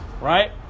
Right